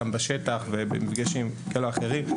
גם בשטח ובמפגשים כאלה ואחרים.